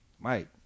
Mike